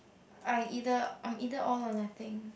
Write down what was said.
I either I'm either all or nothing